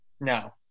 No